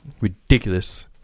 ridiculous